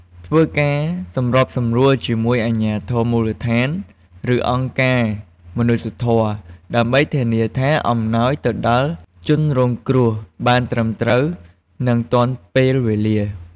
ធ្វើការសម្របសម្រួលជាមួយអាជ្ញាធរមូលដ្ឋាន ឬអង្គការមនុស្សធម៌ ដើម្បីធានាថាអំណោយទៅដល់ជនរងគ្រោះបានត្រឹមត្រូវ និងទាន់ពេលវេលា។